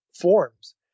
forms